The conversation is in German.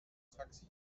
taxi